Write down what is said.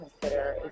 consider